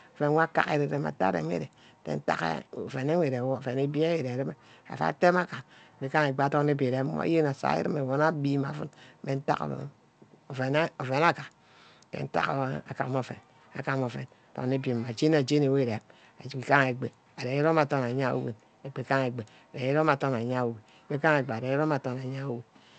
Mmisu nte mma mme. mejisack uwanne îgaha îdohime. uzaha ufu ute amu chake nne anim. anim ufu van wan mme íromine. nguro mme îben nte gwan gben menh after ufu yen anor aria. uyen anari 'go' usar mme abbe. anor ani abinne ónor wor íromîne anim nte enh uromine. îromine n